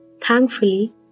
Thankfully